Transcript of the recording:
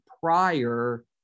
prior